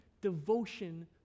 devotion